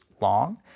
long